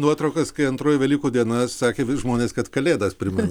nuotraukas kai antroji velykų diena sakė žmonės kad kalėdas primena